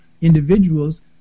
individuals